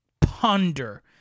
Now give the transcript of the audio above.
ponder